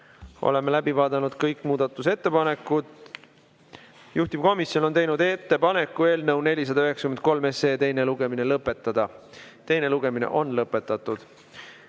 Oleme läbi vaadanud kõik muudatusettepanekud. Juhtivkomisjon on teinud ettepaneku eelnõu 493 teine lugemine lõpetada. Teine lugemine on lõpetatud.